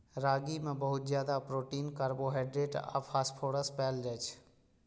रागी मे बहुत ज्यादा प्रोटीन, कार्बोहाइड्रेट आ फास्फोरस पाएल जाइ छै